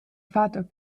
vater